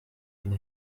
une